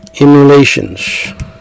Emulations